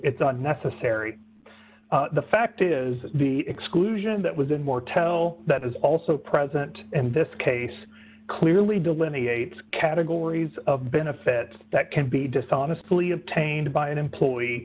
it's unnecessary the fact is the exclusion that was in mortel that is also present and this case clearly delineates categories of benefits that can be dishonestly obtained by an employee